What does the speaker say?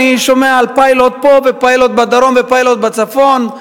אני שומע על פיילוט פה ופיילוט בדרום ופיילוט בצפון,